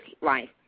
life